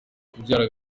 kubyara